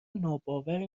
ناباوری